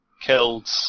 killed